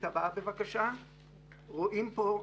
רואים פה,